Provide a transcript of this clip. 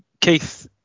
Keith